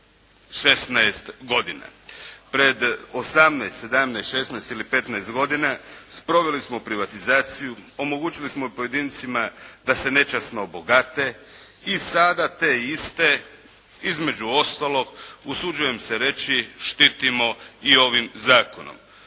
16 godina. Pred 18, 17, 16 ili 15 godina sproveli smo privatizaciju, omogućili smo pojedincima da se nečasno obogate i sada te iste, između ostalog, usuđujem se reći, štitimo i ovim zakonom.